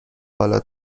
حالا